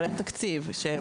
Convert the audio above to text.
אבל אין תקציב מתאים.